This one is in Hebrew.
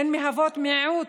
הן מהוות מיעוט